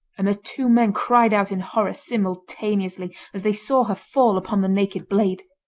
and the two men cried out in horror simultaneously as they saw her fall upon the naked blade.